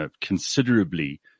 considerably